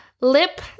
Lip